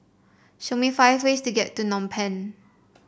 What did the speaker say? show me five ways to get to Phnom Penh